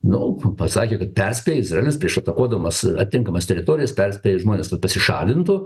nu pasakė kad perspėja izraelis prieš atakuodamas atinkamas teritorijas perspėja žmones kad pasišalintų